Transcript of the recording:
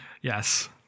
yes